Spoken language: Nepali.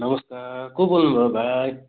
नमस्कार को बोल्नु भयो भाइ